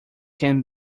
can